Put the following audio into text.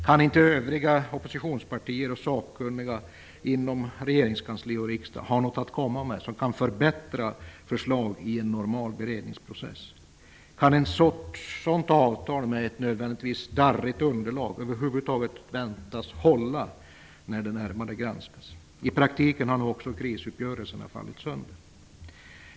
Kan inte övriga oppositionspartier och sakkunniga inom regeringskansli och riksdag ha något att komma med som i en normal beredningsprocess kan förbättra förslagen? Kan sådana avtal, med ett nödvändigtvis darrigt underlag, över huvud taget förväntas hålla när de granskas närmare? I praktiken har ju krisuppgörelserna fallit sönder.